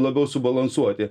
labiau subalansuoti